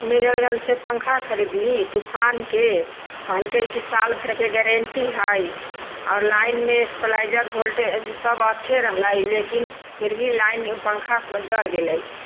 Amazon से पंखा ख़रीदली तूफान के कहलकै की साल भरि के गारेण्टी है आओर लाइन मे स्टेप्लाइजर वोल्टेज सब बढ़िऑं अच्छे रहलै लेकिन फिरभी लाइन पंखा जर गेलै